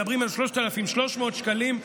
מדברים על 3,300 שקלים.